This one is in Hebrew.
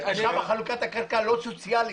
שם חלוקת הקרקע לא סוציאלית.